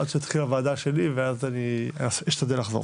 עד שתתחיל הוועדה שלי ואז אני אשתדל לחזור אליכם.